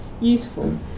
useful